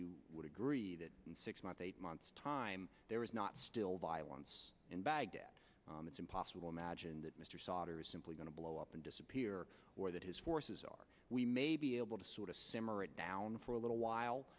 you would agree that in six months eight months time there is not still violence in baghdad it's impossible imagine that mr sauder is simply going to blow up and disappear or that his forces are we may be able to sort of simmer it down for a little while